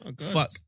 Fuck